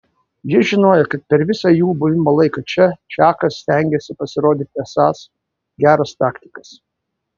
jis žinojo kad per visą jų buvimo laiką čia čakas stengiasi pasirodyti esąs geras taktikas